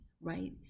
right